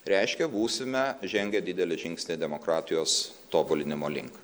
reiškia būsime žengę didelį žingsnį demokratijos tobulinimo link